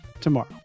tomorrow